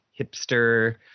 hipster